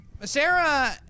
Sarah